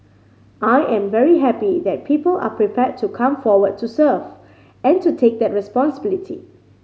I am very happy that people are prepared to come forward to serve and to take that responsibility